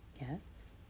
yes